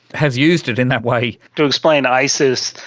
has used it in that way. to explain isis,